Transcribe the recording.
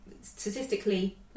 statistically